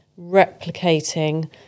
replicating